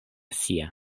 sia